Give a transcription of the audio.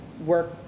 work